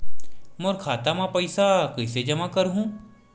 मोर खाता म पईसा कइसे जमा करहु?